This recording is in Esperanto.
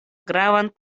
gravan